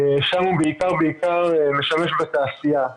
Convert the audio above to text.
שם הוא משמש בעיקר בתעשייה.